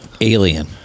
alien